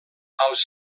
als